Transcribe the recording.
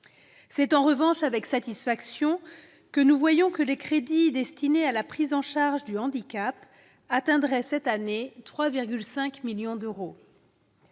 C'est en revanche avec satisfaction que nous voyons que les crédits destinés à la prise en charge du handicap atteindraient cette année 3,5 millions d'euros.